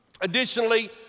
Additionally